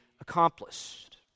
accomplished